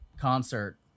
concert